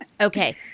Okay